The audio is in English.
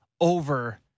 over